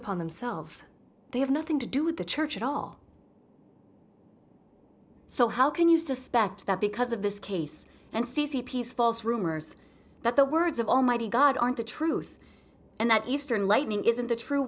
upon themselves they have nothing to do with the church at all so how can you suspect that because of this case and c c p is false rumors that the words of almighty god aren't the truth and that eastern lightning isn't the true